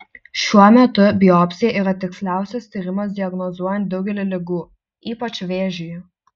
šiuo metu biopsija yra tiksliausias tyrimas diagnozuojant daugelį ligų ypač vėžį